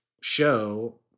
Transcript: show